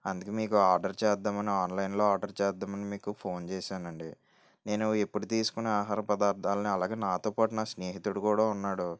అందుకే మీకు ఆర్డర్ చేద్దామని ఆన్లైన్లో ఆర్డర్ చేద్దామని మీకు ఫోన్ చేశానండి నేను ఎప్పుడు తీసుకునే ఆహార పదార్థాలు అన్నీ అలాగే నాతో పాటు నా స్నేహితుడు కూడా ఉన్నాడు